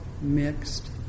mixed